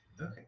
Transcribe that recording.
Okay